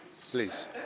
Please